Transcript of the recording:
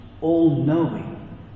all-knowing